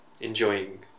enjoying